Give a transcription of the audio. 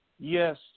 Yes